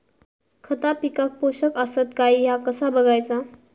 खता पिकाक पोषक आसत काय ह्या कसा बगायचा?